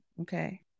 Okay